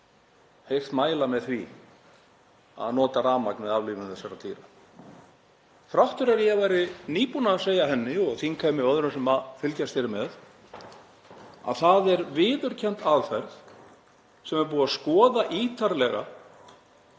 heyrt mæla með því að nota rafmagn við aflífun þessara dýra, þrátt fyrir að ég væri nýbúinn að segja henni og þingheimi og öðrum sem fylgjast hér með að það er viðurkennd aðferð sem er búið að skoða ítarlega